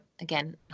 again